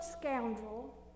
scoundrel